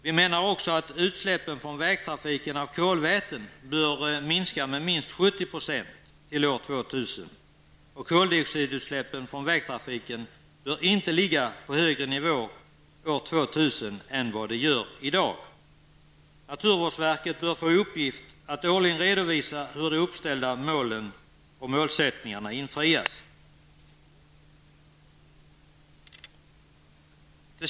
Vi menar också att utsläppen från vägtrafiken av kolväten bör minska med minst 70 % till år 2000. Och koldioxidutsläppen från vägtrafiken bör inte ligga på högre nivå år 2000 än vad de gör i dag. Naturvårdsverket bör få till uppgift att årligen redovisa hur de uppställda målen och målsättningarna har infriats.